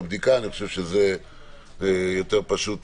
אני חושבת שיש פה שתי נקודות